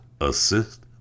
assist